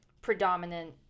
predominant